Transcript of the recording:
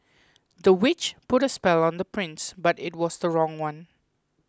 the witch put a spell on the prince but it was the wrong one